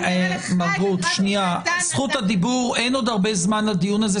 אראה לך --- אין עוד הרבה זמן לדיון הזה,